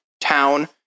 town